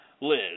Liz